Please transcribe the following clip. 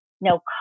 no